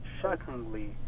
shockingly